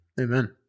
Amen